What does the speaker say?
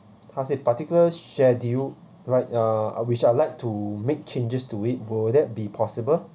how to say particular schedule right uh which I'd like to make changes to it will that be possible